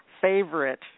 favorite